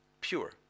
pure